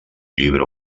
llibre